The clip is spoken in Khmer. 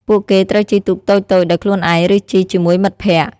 ពួកគេត្រូវជិះទូកតូចៗដោយខ្លួនឯងឬជិះជាមួយមិត្តភក្តិ។